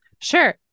Sure